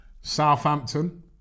Southampton